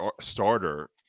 starter